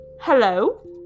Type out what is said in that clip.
hello